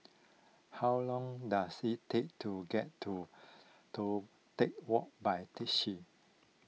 how long does it take to get to Toh Tuck Walk by taxi